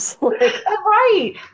Right